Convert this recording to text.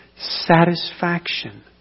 satisfaction